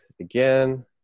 again